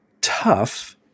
tough